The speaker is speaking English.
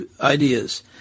ideas